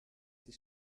die